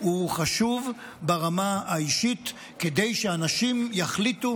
הוא חשוב ברמה האישית כדי שאנשים יחליטו